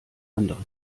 andere